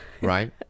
right